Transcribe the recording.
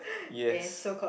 yes